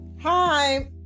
Hi